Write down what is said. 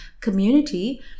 community